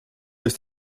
ist